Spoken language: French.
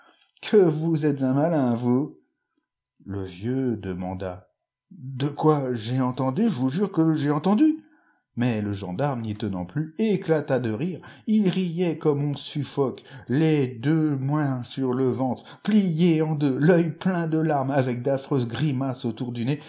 que vous êtes un malin vous le vieux demanda de quoi j'ai entendu j'vous jure que j'ai entendu mais le gendarme n'y tenant plus éclata de rire il riait comme on suffoque les deux le crime au pere boniface i i mains sur le ventre plié en deux l'œil plein de larmes avec d'affreuses grimaces autour du